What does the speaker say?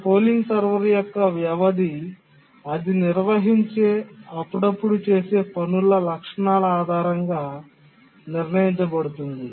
ఈ polling server యొక్క వ్యవధి అది నిర్వహించే అప్పుడప్పుడు చేసే పనుల లక్షణాల ఆధారంగా నిర్ణయించబడుతుంది